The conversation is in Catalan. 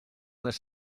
les